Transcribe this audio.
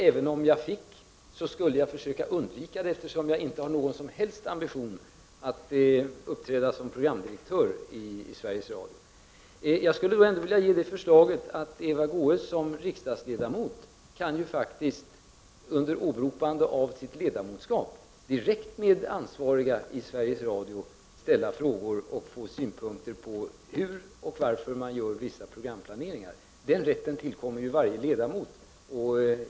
Även om jag fick skulle jag försöka undvika det, efter som jag inte har någon som helst ambition att uppträda som programdirektör i Sveriges Radio. Jag skulle ändå vilja ge förslaget att Eva Goös som riksdagsledamot under åberopande av sitt ledamotskap direkt till ansvariga i Sveriges Radio skall ställa frågor och få synpunkter på hur och varför man gör vissa programplaneringar. Den rätten tillkommer ju varje ledamot.